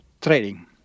trading